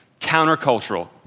countercultural